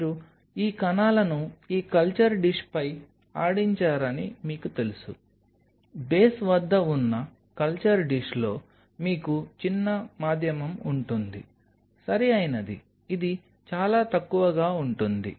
మీరు ఈ కణాలను ఈ కల్చర్ డిష్పై ఆడించారని మీకు తెలుసు బేస్ వద్ద ఉన్న కల్చర్ డిష్లో మీకు చిన్న మాధ్యమం ఉంటుంది సరియైనది ఇది చాలా తక్కువగా ఉంటుంది